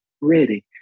ready